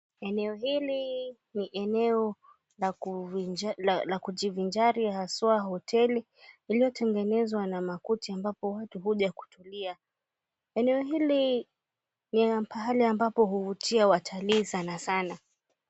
Eneo hili ni eneo la kujivinjari haswa hoteli iliyotengenezwa na makuti ambapo watu huja kutulia. Eneo hili lina pahali ambapo huvutia watalii sanasana.